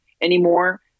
anymore